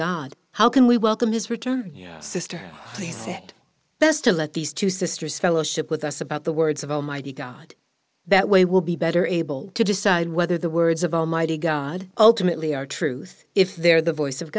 god how can we welcome his rich or sister they said best to let these two sisters fellowship with us about the words of almighty god that way will be better able to decide whether the words of almighty god ultimately are truth if they're the voice of